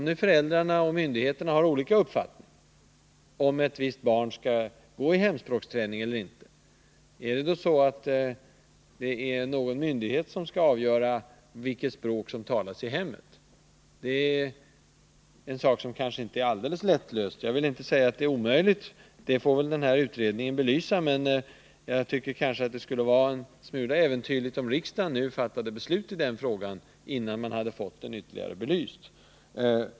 Men om föräldrarna och myndigheterna har olika uppfattning om ett visst barn skall gå i hemspråksträning eller inte, skall då någon myndighet avgöra vilket språk som talas i hemmet? Det är en fråga som inte är så alldeles lättlöst. Jag vill inte säga att det är omöjligt, det får utredningen belysa, men jag tycker att det skulle vara en smula äventyrligt om riksdagen nu fattade beslut i frågan innan vi har fått den ytterligare belyst.